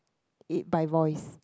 it by voice